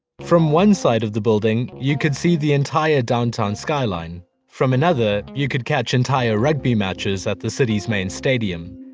from one side of the building, you could see the entire downtown skyline. from another, you could catch entire rugby matches at the city's main stadium.